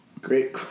Great